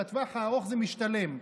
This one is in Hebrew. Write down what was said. לטווח הארוך זה משתלם,